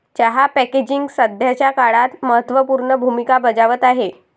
चहा पॅकेजिंग सध्याच्या काळात महत्त्व पूर्ण भूमिका बजावत आहे